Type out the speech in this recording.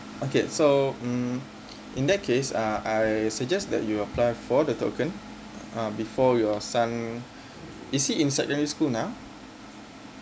okay so hmm in that case uh I suggest that you apply for the token uh before your son is he in secondary school now